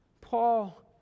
Paul